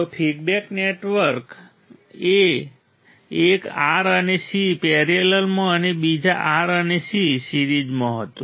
તો feedback network એક R અને C પેરેલલમાં અને બીજા R અને C સિરીઝમાં હતું